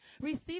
receive